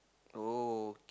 oh